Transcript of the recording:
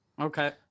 Okay